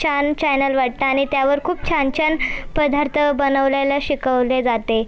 छान चॅनल वाटतं आणि त्यावर खूप छान छान पदार्थ बनवलेलं शिकवले जाते